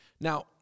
Now